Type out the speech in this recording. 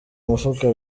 mufuka